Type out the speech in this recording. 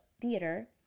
theater